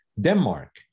Denmark